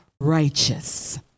righteous